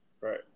Right